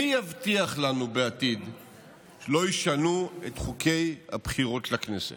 מי יבטיח לנו שבעתיד לא ישנו את חוקי הבחירות לכנסת?